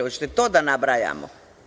Hoćete li to da nabrajamo?